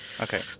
Okay